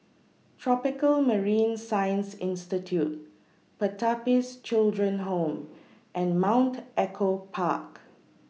Tropical Marine Science Institute Pertapis Children Home and Mount Echo Park